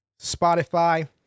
Spotify